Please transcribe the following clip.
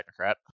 technocrat